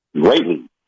Greatly